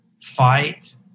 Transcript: fight